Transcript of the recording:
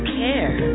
care